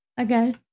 Okay